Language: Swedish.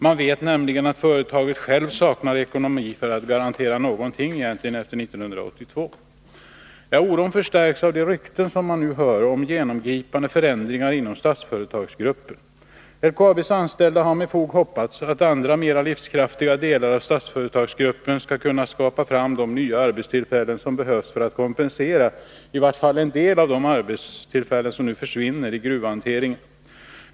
Man vet nämligen att företaget självt saknar ekonomi för att garantera någonting efter 1982. Oron förstärks av de rykten man nu hör om genomgripande förändringar inom Statsföretagsgruppen. LKAB:s anställda har med fog hoppats på att andra och mer livskraftiga delar av Statsföretagsgruppen skall kunna skapa de nya arbetstillfällen som behövs för att kompensera i vart fall en del av de arbetstillfällen som nu försvinner i gruvhanteringen.